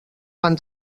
van